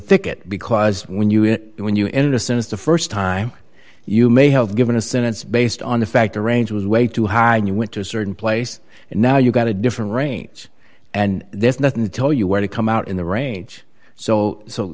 thicket because when you when you in a sense the st time you may have given a sentence based on the fact the range was way too high and you went to a certain place and now you've got a different range and there's nothing to tell you where to come out in the range so so